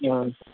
অঁ